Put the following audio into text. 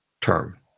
term